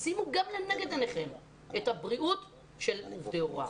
תשימו לנגד עיניכם גם את הבריאות של עובדי ההוראה.